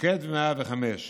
מוקד 105,